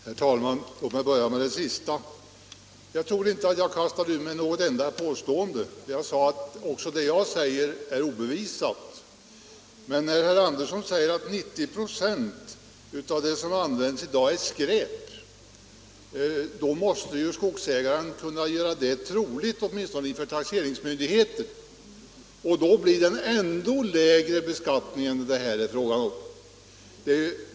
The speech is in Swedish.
Herr talman! Låt mig börja med det sista! Jag tror inte att jag kastade ur mig något enda påstående; jag förklarade att också det jag säger är obevisat. Herr Andersson i Knäred påstår att 90 96 av det vedbränsle som används i dag är skräp, men då måste ju skogsägaren kunna göra detta troligt åtminstone inför taxeringsmyndigheten, och då blir det en ännu lägre beskattning än det här är fråga om.